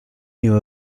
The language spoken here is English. new